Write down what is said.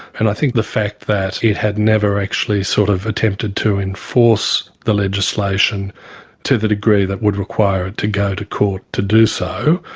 and i think the fact that it had never actually sort of attempted to enforce the legislation to the degree that would require it to go to court to do so,